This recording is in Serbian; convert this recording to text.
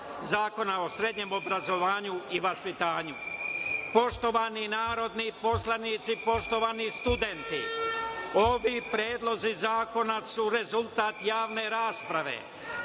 Zakona o srednjem obrazovanju i vaspitanju. Poštovani narodni poslanici, poštovani studenti, ovi predlozi zakona su rezultat javne rasprave,